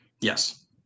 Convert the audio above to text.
Yes